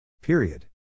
Period